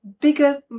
bigger